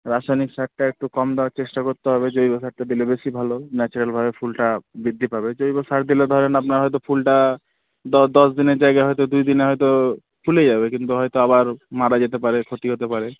রাসায়নিক সারটা একটু কম দেওয়ার চেষ্টা করতে হবে জৈব সারটা দিলে বেশি ভালো ন্যাচারালভাবে ফুলটা বৃদ্ধি পাবে জৈব সার দিলে ধরুন আপনার হয়তো ফুলটা দ দশ দিনের জায়গায় হয়তো দুই দিনে হয়তো ফুলেই যাবে কিন্তু হয়তো আবার মারা যেতে পারে ক্ষতি হতে পারে